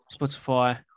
Spotify